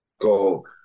go